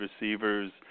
receivers